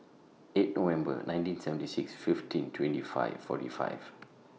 eight November nineteen seventy six fifteen twenty five forty five